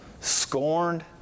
scorned